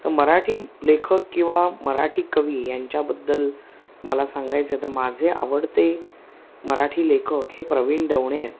तर मराठी लेखक किंवा मराठी कवी यांच्याबद्दल मला सांगायचं तर माझे आवडते मराठी लेखक हे प्रवीण दवणे आहेत